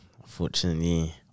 unfortunately